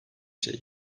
şey